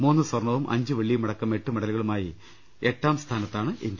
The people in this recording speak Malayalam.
മൂന്ന് സ്വർണ്ണവും അഞ്ച് വെള്ളിയുമടക്കം എട്ട് മെഡലുകളുമായി എട്ടാം സ്ഥാനത്താണ് ഇന്ത്യ